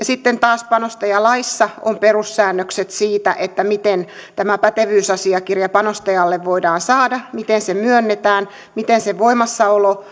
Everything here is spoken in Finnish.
sitten taas panostajalaissa on perussäännökset siitä siitä miten tämä pätevyysasiakirja panostajalle voidaan saada miten se myönnetään miten sen voimassaolo